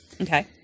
Okay